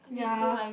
ya